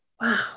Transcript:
Wow